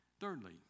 Thirdly